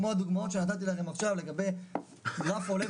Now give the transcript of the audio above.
כמו הדוגמאות שנתתי לכם עכשיו לגבי גרף עולה